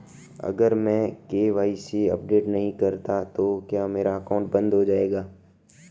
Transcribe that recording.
अगर मैं KYC update नहीं करता तो क्या मेरा अकाउंट बंद हो जाएगा?